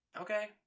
Okay